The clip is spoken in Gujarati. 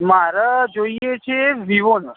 મારે જોઈએ છે વિવોનો